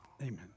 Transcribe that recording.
Amen